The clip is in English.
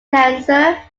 cancer